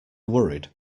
worried